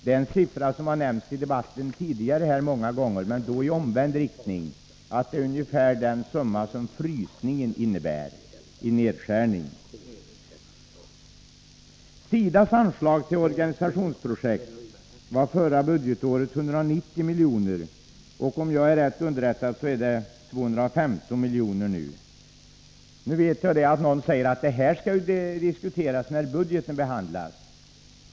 Det är en siffra som har nämnts flera gånger tidigare här i debatten, men då i omvänd riktning; det är ungefär den summa som frysningen innebär i nedskärning. SIDA:s anslag till organisationsprojekt var förra budgetåret 190 milj.kr., och om jag är rätt underrättad är innevarande budgetår det 215 milj.kr. Nu vet jag att någon säger att det där skall vi diskutera när budgeten behandlas.